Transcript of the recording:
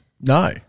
no